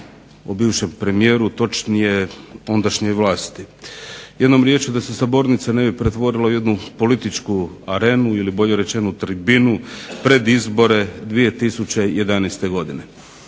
o bivšem premijeru, točnije ondašnjoj vlasti. Jednom riječju da se sabornica ne bi pretvorila u jednu političku arenu ili bolje rečeno tribinu pred izbore 2011. godine.